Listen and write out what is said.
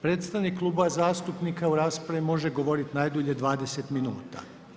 Predstavnik kluba zastupnika u raspravi može govoriti najdulje 20 minuta.